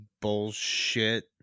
bullshit